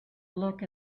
look